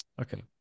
okay